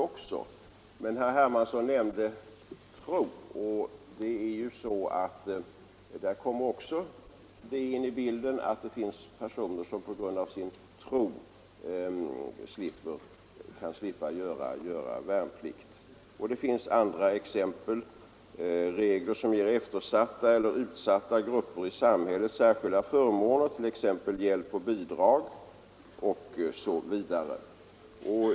Men eftersom herr Hermansson nämnde exemplet tro, vill jag säga att det finns personer som på grund av sin tro kan slippa göra värnplikt. Det finns också andra regler som ger eftersatta eller utsatta grupper i samhället särskilda förmåner, hjälp och bidrag osv.